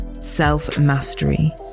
self-mastery